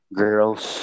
girls